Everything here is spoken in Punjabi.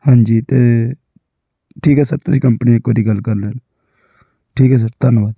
ਹਾਂਜੀ ਅਤੇ ਠੀਕ ਹੈ ਸਰ ਤੁਸੀਂ ਕੰਪਨੀ ਨਾਲ ਇੱਕ ਵਾਰੀ ਗੱਲ ਕਰ ਲਿਓ ਠੀਕ ਹੈ ਸਰ ਧੰਨਵਾਦ